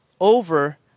over